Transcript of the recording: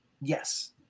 Yes